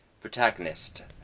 protagonist